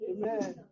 Amen